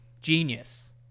Genius